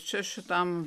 čia šitam